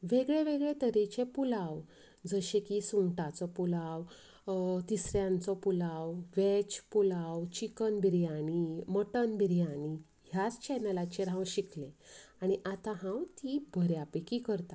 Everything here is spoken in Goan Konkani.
वेगळे वेगळे तरेचे पुलाव जशें की सुंगटाचो पुलाव तिसऱ्यांचो pulao veg pulao chicken biryani mutton biryani ह्याच चॅनलाचेर हांव शिकलें आनी आतां हांव ती बऱ्या पैकी करतां